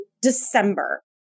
December